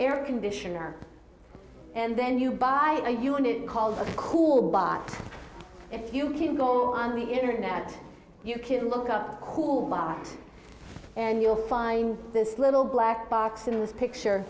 air conditioner and then you buy a unit called a cool buy if you can go on the internet you can look up cool mind and you'll find this little black box in this picture